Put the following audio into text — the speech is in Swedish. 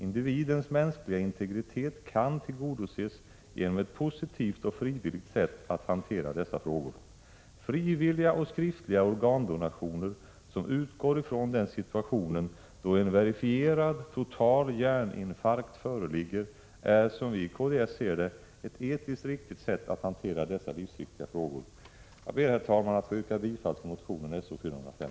Individens mänskliga integritet kan tillgodoses genom ett positivt och frivilligt sätt att hantera dessa frågor. Frivilliga och skriftliga organdonationer som utgår från den situationen då en verifierad, total hjärninfarkt föreligger är, som vi i kds ser det, ett etiskt riktigt sätt att hantera dessa livsviktiga frågor. Jag ber, herr talman, att få yrka bifall till motion So405.